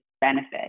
benefit